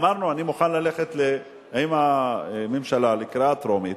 אמרנו שאני מוכן ללכת עם הממשלה לקריאה טרומית,